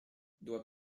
doit